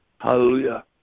Hallelujah